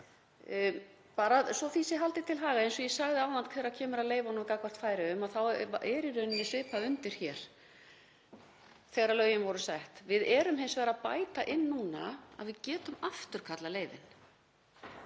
Bara svo að því sé haldið til haga, eins og ég sagði áðan; þegar kemur að leyfum gagnvart Færeyjum þá var í rauninni svipað undir hér þegar lögin voru sett. Við erum hins vegar að bæta því inn núna að við getum afturkallað leyfin.